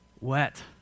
Wet